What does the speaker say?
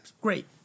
Great